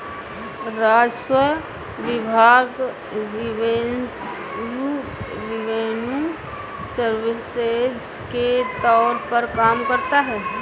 राजस्व विभाग revenue services के तौर पर काम करता है